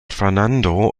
fernando